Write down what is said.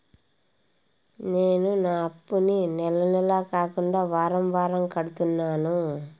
నేను నా అప్పుని నెల నెల కాకుండా వారం వారం కడుతున్నాను